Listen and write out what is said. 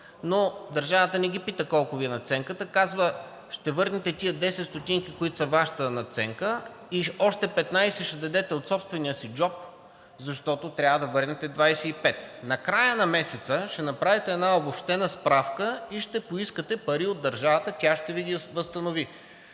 но държавата не ги пита колко Ви е надценката, а казва: ще върнете тези 10 стотинки, които са Вашата надценка, и ще дадете още 15 стотинки от собствения си джоб, защото трябва да върнете 25 стотинки, а накрая на месеца ще направите една обобщена справка, ще поискате пари от държавата и тя ще Ви ги възстанови.